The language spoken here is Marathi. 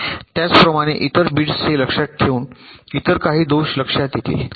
त्याचप्रमाणे इतर बिट्स हे लक्षात ठेवून इतर काही दोष लक्षात येतील